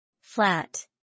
Flat